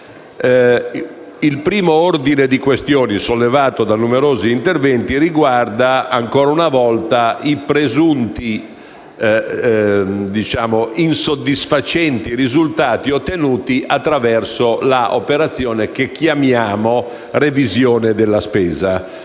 Il primo ordine di questioni, sollevato da numerosi interventi, riguarda ancora una volta i presunti insoddisfacenti risultati ottenuti attraverso l'operazione che chiamiamo "revisione della spesa".